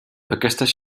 aquestes